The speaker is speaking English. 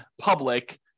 public